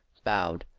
bowed,